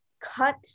cut